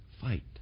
fight